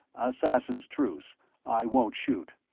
assassins' truce i won't shoot.